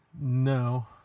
No